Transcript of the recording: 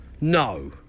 no